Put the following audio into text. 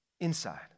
inside